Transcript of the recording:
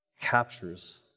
captures